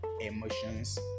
emotions